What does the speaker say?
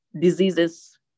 diseases